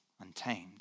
Untamed